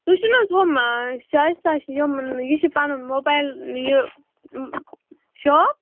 تُہۍ چھُو نہٕ حظ ہُم شایِستہ یم یہِ چھُ پنُن موبایِل یہِ شاپ